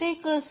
तर ते कसे